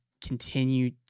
continue